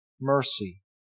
mercy